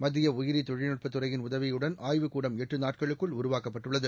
மத்திய உயிரி தொழில்நுட்பத் துறையின் உதவியுடன் ஆய்வுக் கூடம் எட்டு நாட்களுக்குள் உருவாக்கப்பட்டுள்ளது